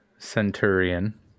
centurion